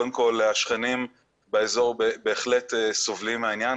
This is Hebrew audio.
קודם כל השכנים באזור בהחלט סובלים מהעניין,